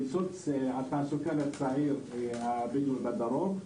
למצוא תעסוקה לצעירים הבדואים בדרום.